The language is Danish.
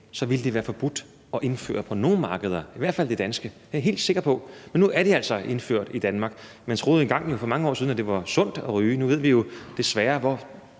så ville de være forbudt at indføre på nogen markeder, i hvert fald på det danske; det er jeg helt sikker på. Men nu er de altså indført i Danmark. Man troede jo engang for mange år siden, at det var sundt at ryge, men nu ved vi jo desværre, hvor